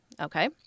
Okay